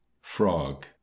Frog